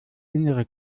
innere